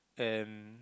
and